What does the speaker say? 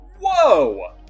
Whoa